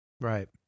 Right